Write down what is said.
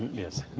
yes,